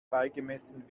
beigemessen